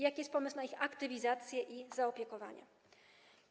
Jaki jest pomysł na ich aktywizację i zaopiekowanie się nimi?